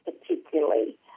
particularly